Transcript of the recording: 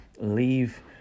leave